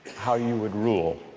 how you would rule